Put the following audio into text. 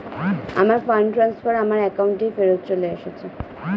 আমার fund transfer আমার অ্যাকাউন্টেই ফেরত চলে এসেছে